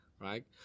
right